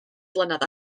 flynedd